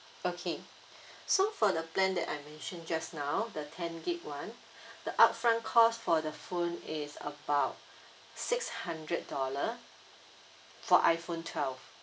okay so for the plan that I mentioned just now the ten gigabyte [one] the upfront cost for the phone is about six hundred dollar for iphone twelve